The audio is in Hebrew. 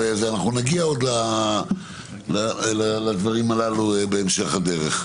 עוד נגיע לדברים הללו בהמשך הדרך.